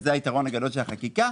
זה היתרון הגדול של החקיקה.